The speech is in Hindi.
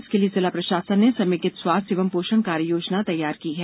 इसके लिये जिला प्रषासन ने समेकित स्वास्थ्य एवं पोषण कार्ययोजना तैयार की है